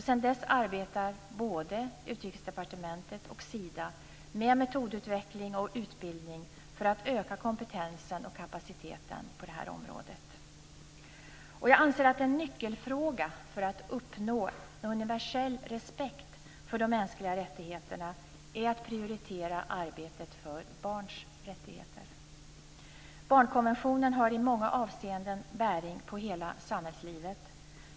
Sedan dess arbetar både Utrikesdepartementet och Sida med metodutveckling och utbildning för att öka kompetensen och kapaciteten på detta område. Jag anser att en nyckelfråga för att uppnå universell respekt för de mänskliga rättigheterna är att prioritera arbetet för barns rättigheter. Barnkonventionen har i många avseenden bäring på hela samhällslivet.